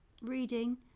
reading